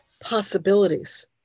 possibilities